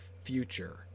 future